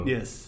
Yes